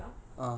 okay